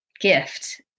gift